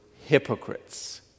hypocrites